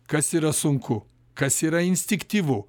kas yra sunku kas yra instinktyvu